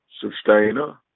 sustainer